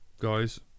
guys